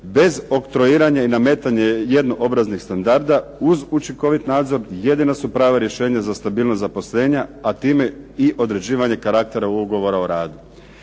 bez oktroiranja i nametanje jednoobraznih standarda uz učinkovit nadzor jedino su pravo rješenje za stabilnost zaposlenja a time i određivanje karaktera ugovora o radu.